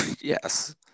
yes